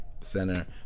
center